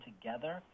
together